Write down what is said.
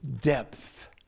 depth